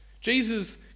Jesus